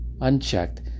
Unchecked